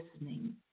listening